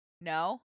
No